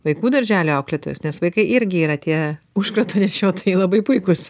vaikų darželio auklėtojos nes vaikai irgi yra tie užkrato nešiotojai labai puikūs